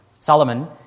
Solomon